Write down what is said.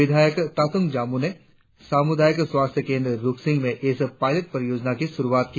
विधायक तातुंग जामोह ने सामुदायिक स्वास्थ्य केंद्र रुकसिन में इस पायलट परियोजना की पारूआत की